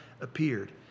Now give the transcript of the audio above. appeared